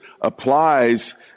applies